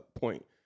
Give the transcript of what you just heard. point